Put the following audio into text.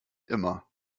immer